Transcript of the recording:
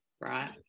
right